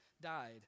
died